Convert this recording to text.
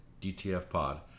dtfpod